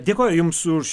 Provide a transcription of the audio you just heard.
dėkoju jums už